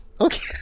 Okay